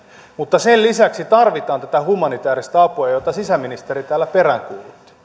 mutta sen lisäksi tarvitaan tätä humanitääristä apua jota sisäministeri täällä peräänkuulutti